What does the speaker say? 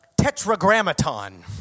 Tetragrammaton